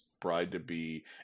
bride-to-be